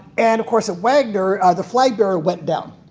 and of course at wagner, the flagbearer went down.